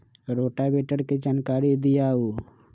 Rotavator के जानकारी दिआउ?